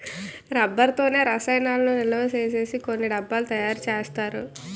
rubber తోనే రసాయనాలను నిలవసేసి కొన్ని డబ్బాలు తయారు చేస్తారు